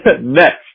Next